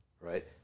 Right